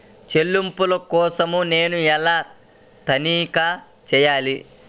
చెల్లింపుల కోసం నేను ఎలా తనిఖీ చేయాలి?